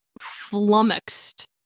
flummoxed